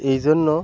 এই জন্য